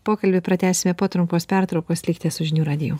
pokalbį pratęsime po trumpos pertraukos likite su žinių radiju